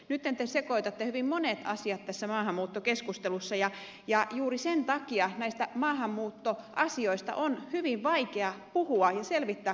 nyt te sekoitatte hyvin monet asiat tässä maahanmuuttokeskustelussa ja juuri sen takia on hyvin vaikea puhua näistä maahanmuuttoasioista ja selvittää niitä kansalaisille